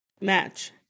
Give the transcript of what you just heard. match